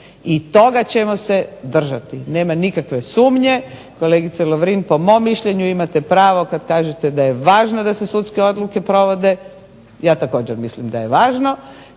I toga ćemo se držati nema nikakve sumnje. Kolegice Lovrin, po mom mišljenju imate pravo kad kažete da je važno da se sudske odluke provode. Ja također mislim da je važno,